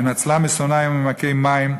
אנצלה משֹנאי וממעמקי מים,